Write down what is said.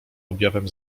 objawem